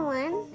one